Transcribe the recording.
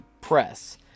press